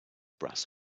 brass